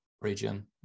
region